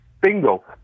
Bingo